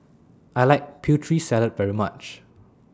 I like Putri Salad very much